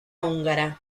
húngara